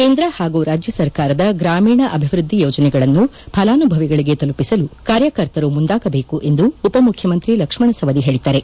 ಕೇಂದ್ರ ಹಾಗೂ ರಾಜ್ಯ ಸರ್ಕಾರದ ಗ್ರಾಮೀಣ ಅಭಿವೃದ್ದಿ ಯೋಜನೆಗಳನ್ನು ಫಲಾನುಭವಿಗಳಿಗೆ ತಲುಪಿಸಲು ಕಾರ್ಯಕರ್ತರು ಮುಂದಾಗಬೇಕು ಎಂದು ಉಪಮುಖ್ಯಮಂತ್ರಿ ಲಕ್ಷ್ಮಣ ಸವದಿ ಹೇಳಿದ್ದಾರೆ